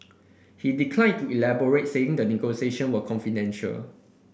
he declined to elaborate saying the negotiation were confidential